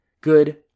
good